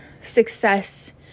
success